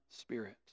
Spirit